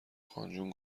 خانجون